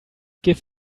give